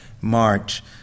March